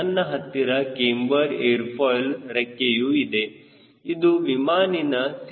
ನನ್ನ ಹತ್ತಿರ camber air foil ರೆಕ್ಕೆಯು ಇದ್ದರೆ ಇದು ವಿಮಾನಿನ C